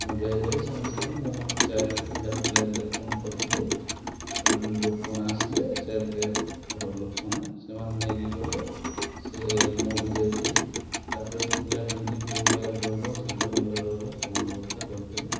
ମୁଁ ଯାଇ ଯାଇ ସାଙ୍ଗେ ସାଙ୍ଗେ ମୁଁ ଚାଇଲ୍ଡ ହେଲ୍ପ ଲାଇନରେ ଫୋନ କରିଥିଲି ଲୋକମାନେ ଆସିଲେ ଚାଇଲ୍ଡ କେୟାରର ଲୋକମାନେ ସେମାନେ ନେଇକି ଗଲେ ସିଏ ମୁଁ ବି ଯାଇଥିଲି ତାପରେ ସେ ପିଲା କେମତି କେଉଁ ଜାଗାରେ ରହିବ ଶେଲ୍ଟର ରୁମରେ ରହିବ ସବୁ ବ୍ୟବସ୍ଥା କରିଥିଲି